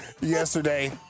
yesterday